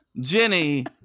jenny